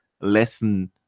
lesson